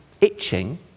Itching